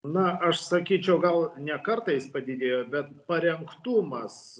na aš sakyčiau gal ne kartais padėjo bet parengtumas